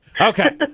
Okay